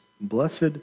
Blessed